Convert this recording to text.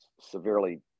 severely